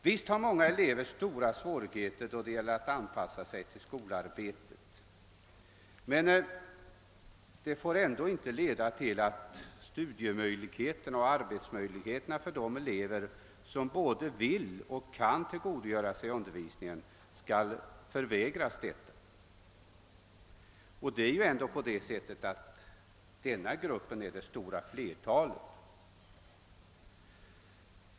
Visst har många elever stora svårigheter då det gäller att anpassa sig till skolarbetet, men detta får inte leda till att studiemöjligheter och arbetsro förvägras de elever som både vill och kan tillgodogöra sig undervisningen. Den gruppen utgör ändå det stora flertalet.